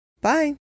Bye